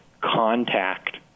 contact